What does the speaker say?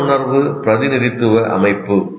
புலனுணர்வு பிரதிநிதித்துவ அமைப்பு பி